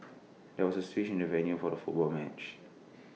there was A switch in the venue for the football match